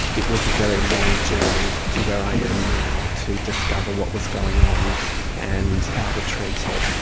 it was a very long journey to where i am now to discover what was going on and how to treat it.